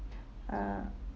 uh